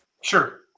Sure